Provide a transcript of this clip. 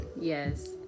Yes